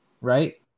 right